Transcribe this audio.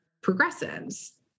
progressives